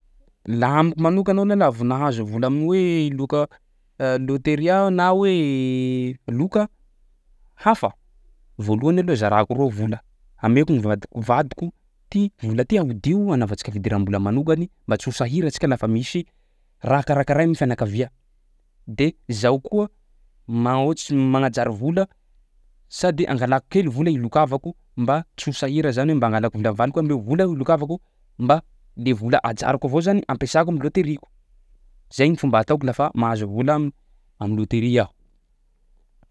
Laha amiko manokana aloha laha vao nahazo vola amin'ny hoe loka lôteria na hoe loka hafa, voalohany aloha zarako roa vola, ameko gny vadiko vadiko ty vola ty ahodio anavantsika fidiram-bola manokany mba tsy ho sahira antsika lafa misy raha karakaray am'fianakavia, de zaho koa magn- ohatsy magnajary vola sady angalako kely vola ilokavako mba tsy ho sahira zany hoe mba angala vola valiko aho omeo vola aho ilokavako mba le vola ajariko avao zany ampiasako am'lôteriako. Zay gny fomba ataoko lafa majazo vola am'lôteria aho.